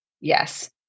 Yes